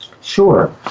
Sure